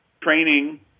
training